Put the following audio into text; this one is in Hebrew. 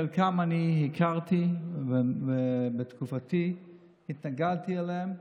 את חלקם אני הכרתי ובתקופתי התנגדתי להם,